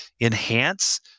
enhance